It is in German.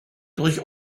durch